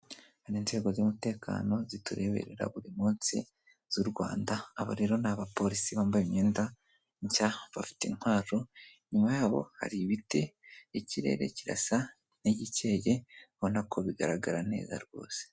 Hari inzego z'umutekano zitureberera buri munsi z'u Rwanda, aba rero ni abapolisi bambaye imyenda nshya bafite intwaro, inyuma yabo hari ibiti, ikirere kirasa n'igikeye urabona ko bigaragara neza rwose.